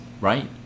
right